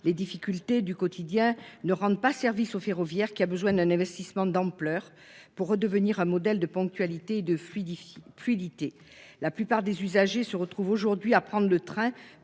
les difficultés du quotidien ne rendent pas service au ferroviaire qui a besoin d'un investissement d'ampleur pour redevenir un modèle de ponctualité, de fluidifier fluidité. La plupart des usagers, se retrouvent aujourd'hui à prendre le train